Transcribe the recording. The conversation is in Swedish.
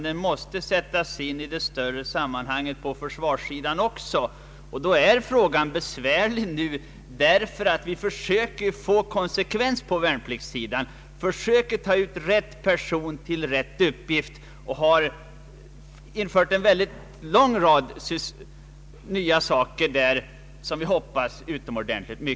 Den måste emellertid också sättas in i ett försvarssammanhang och då blir den besvärligare, Vi försöker ju numera på värnpliktssidan ta ut rätt person till rätt uppgift, och åtskilliga nyheter har härvidlag genomförts som vi hoppas mycket av.